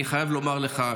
אני חייב לומר לך,